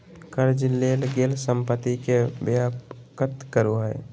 कर्ज लेल गेल संपत्ति के व्यक्त करो हइ